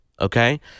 okay